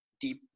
deep